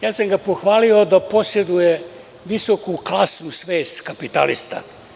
Ja sam ga pohvalio da poseduje visoku klasnu svest kapitalista.